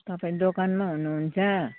तपाईँ दोकानमा हुनुहुन्छ